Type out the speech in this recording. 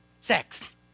sex